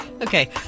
Okay